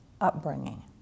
upbringing